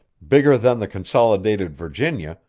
bigger than the consolidated virginia,